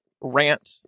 rant